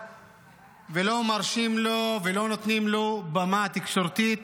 ולא מרשים לו ולא נותנים לו במה תקשורתית,